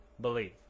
believe